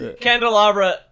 Candelabra